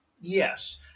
Yes